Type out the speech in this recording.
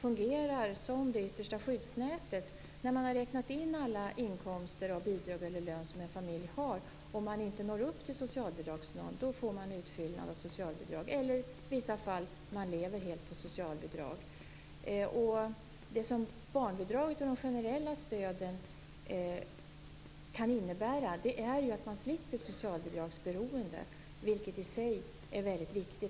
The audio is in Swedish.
fungerar som det yttersta skyddsnätet när man har räknat in alla inkomster av bidrag eller lön som en familj har. Om inkomsten inte når upp till socialbidragsnormen, får man utfyllnad av socialbidrag. I vissa fall lever man helt på socialbidrag. Det som barnbidraget och de övriga generella stöden kan innebära är att man slipper socialbidragsberoendet. Det är väldigt viktigt.